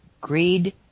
greed